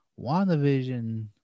WandaVision